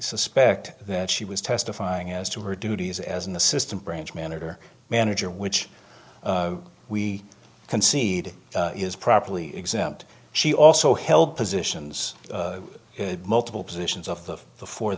suspect that she was testifying as to her duties as an assistant branch manager manager which we concede is properly exempt she also held positions multiple positions of the